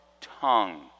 tongue